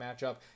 matchup